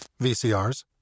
VCRs